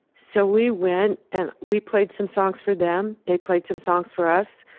so we went and we played some songs for them. they played some songs for us.